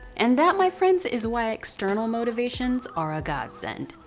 and that, my friends, is why external motivations are a godsend.